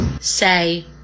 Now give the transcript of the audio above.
Say